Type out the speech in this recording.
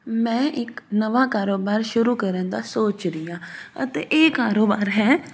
ਮੈਂ ਇੱਕ ਨਵਾਂ ਕਾਰੋਬਾਰ ਸ਼ੁਰੂ ਕਰਨ ਦਾ ਸੋਚ ਰਹੀ ਹਾਂ ਅਤੇ ਇਹ ਕਾਰੋਬਾਰ ਹੈ